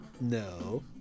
No